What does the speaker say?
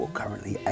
currently